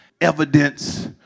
evidence